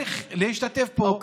צריך גם להשתתף פה עם העניין הזה.